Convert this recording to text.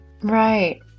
right